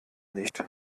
nicht